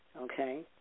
okay